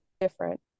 different